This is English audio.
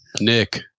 Nick